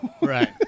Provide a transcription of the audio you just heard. Right